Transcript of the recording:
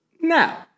now